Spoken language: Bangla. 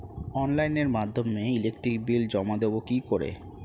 অনলাইনের মাধ্যমে ইলেকট্রিক বিল জমা দেবো কি করে?